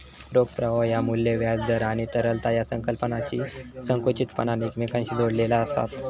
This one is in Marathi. रोख प्रवाह ह्या मू्ल्य, व्याज दर आणि तरलता या संकल्पनांशी संकुचितपणान एकमेकांशी जोडलेला आसत